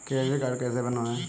Credit card कैसे बनवाएँ?